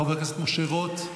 חבר הכנסת משה רוט,